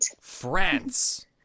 France